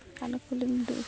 দোকানো খুলিম